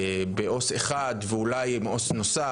בעו״ס אחד ואולי באחד נוסף.